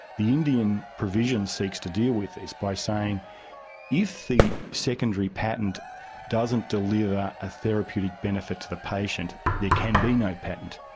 the indian provision seeks to deal with this by saying if the secondary patent doesn't deliver a therapeutic benefit to the patient, there can be no patent.